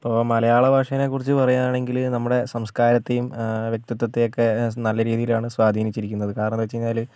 ഇപ്പം മലയാളഭാഷേനെ കുറിച്ച് പറയുവാണെങ്കിൽ നമ്മുടെ സംസ്കാരത്തെയും വ്യക്തിത്വത്തെയൊക്കെ നല്ല രീതിയിലാണ് സ്വാധീനിച്ചിരിക്കുന്നത് കാരണം എന്താണ് വെച്ച് കഴിഞ്ഞാൽ